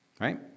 right